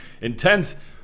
intense